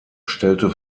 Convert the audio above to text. stellte